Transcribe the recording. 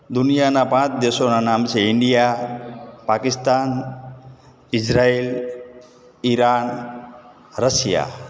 દુનિયાના પાંચ દેશોનાં નામ છે India Pakistan Israel Iran Russia